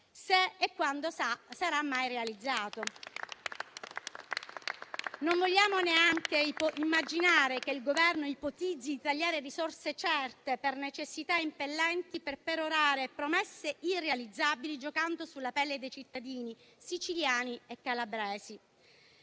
se e quando sarà mai realizzato. Noi non vogliamo neanche immaginare che il Governo ipotizzi di tagliare risorse certe per necessità impellenti allo scopo di perorare promesse irrealizzabili, giocando sulla pelle dei cittadini siciliani e calabresi.